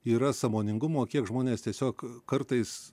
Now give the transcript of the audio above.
yra sąmoningumo kiek žmonės tiesiog kartais